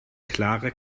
klare